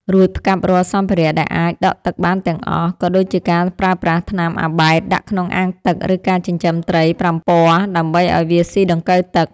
រួចផ្កាប់រាល់សម្ភារៈដែលអាចដក់ទឹកបានទាំងអស់ ក៏ដូចជាការប្រើប្រាស់ថ្នាំអាបែតដាក់ក្នុងអាងទឹក ឬការចិញ្ចឹមត្រីប្រាំពណ៌ដើម្បីឱ្យវាស៊ីដង្កូវទឹក។